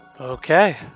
Okay